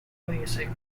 aliasing